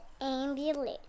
ambulance